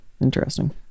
Interesting